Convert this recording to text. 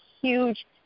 huge